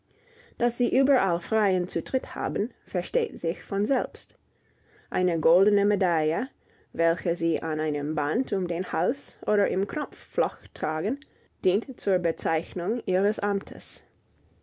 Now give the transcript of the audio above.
daß sie überall freien zutritt haben versteht sich von selbst eine goldene medaille welche sie an einem bande um den hals oder im knopfloch tragen dient zur bezeichnung ihres amtes